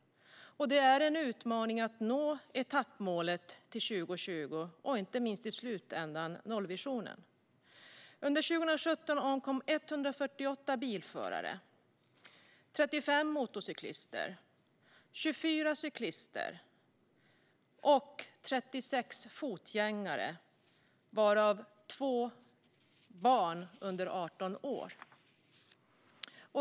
Det är en utmaning att nå etappmålet till 2020 och inte minst i slutändan nollvisionen. Under 2017 omkom 148 bilförare, 35 motorcyklister, 24 cyklister och 36 fotgängare, varav två barn under 18 år.